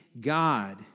God